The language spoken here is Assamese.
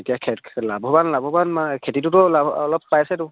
এতিয়া খে লাভৱান লাভৱান ম খেতিটোতো লা অলপ পাইছেতো